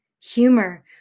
humor